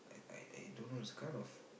I I don't know it's kind of